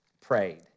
prayed